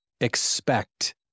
expect